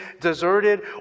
deserted